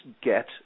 get